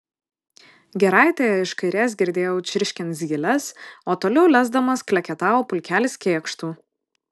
giraitėje iš kairės girdėjau čirškiant zyles o toliau lesdamas kleketavo pulkelis kėkštų